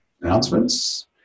Announcements